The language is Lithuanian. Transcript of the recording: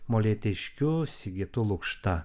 molėtiškiu sigitu lukštą